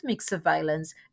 surveillance